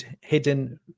hidden